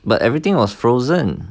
but everything was frozen